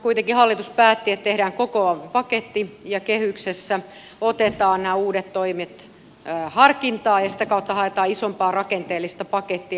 kuitenkin hallitus päätti että tehdään koko paketti ja kehyksessä otetaan nämä uudet toimet harkintaan ja sitä kautta haetaan isompaa rakenteellista pakettia